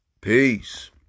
Peace